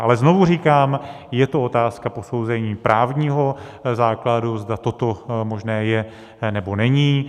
Ale znovu říkám, je to otázka posouzení právního základu, zda toto možné je, nebo není.